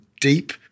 deep